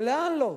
ולאן לא.